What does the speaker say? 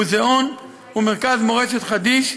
מוזיאון ומרכז מורשת חדיש,